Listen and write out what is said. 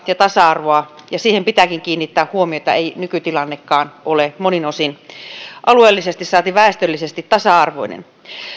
ja tasa arvoon pitääkin kiinnittää huomiota ei nykytilannekaan ole monin osin alueellisesti saati väestöllisesti tasa arvoinen